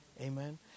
Amen